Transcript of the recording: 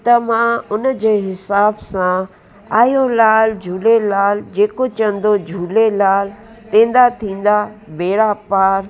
त मां हुनजे हिसाब सां आयो लाल झूलेलाल जेको चवंदो झूलेलाल तंहिंजा थींदा बेड़ा पार